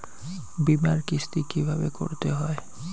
বিমার কিস্তি কিভাবে করতে হয়?